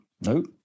Nope